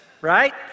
right